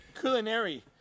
Culinary